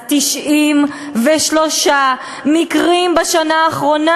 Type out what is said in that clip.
אז 93 מקרים בשנה האחרונה.